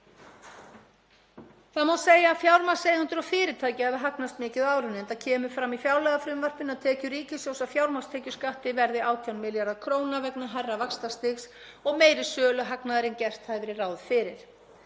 Það má segja að fjármagnseigendur og fyrirtæki hafi hagnast mikið á árinu, enda kemur fram í fjárlagafrumvarpinu að tekjur ríkissjóðs af fjármagnstekjuskatti verði 18 milljarðar kr. vegna hærra vaxtastigs og meiri söluhagnaðar en gert hafði verið ráð fyrir.